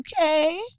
okay